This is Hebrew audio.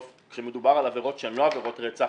כשמדובר על עבירות שהן לא עבירות רצח,